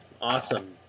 Awesome